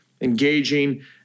Engaging